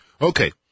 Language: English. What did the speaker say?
Okay